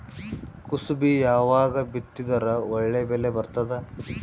ಕುಸಬಿ ಯಾವಾಗ ಬಿತ್ತಿದರ ಒಳ್ಳೆ ಬೆಲೆ ಬರತದ?